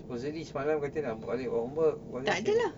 supposedly semalam kata nak balik buat homework lepas tu sibuk